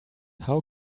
how